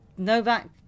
Novak